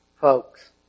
Folks